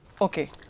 Okay